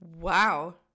Wow